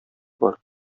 бар